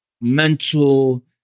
Mental